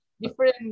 different